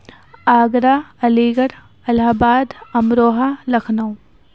Agra Aligarh Allahabad Amroha Lucknow